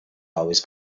always